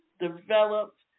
developed